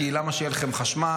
כי למה שהיה לכם חשמל?